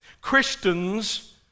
Christians